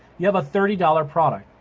you have a thirty dollars product,